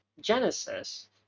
Genesis